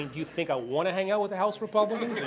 you think i want to hang out with the house republicans?